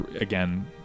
again